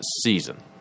season